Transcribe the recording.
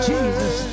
Jesus